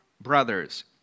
Brothers